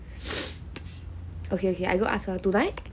okay okay I got ask her tonight